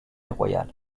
royale